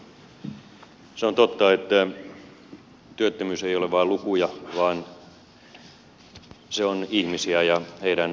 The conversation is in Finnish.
se on totta että työttömyys ei ole vain lukuja vaan se on ihmisiä ja heidän arkeansa